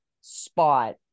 spot